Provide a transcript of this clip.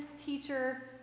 teacher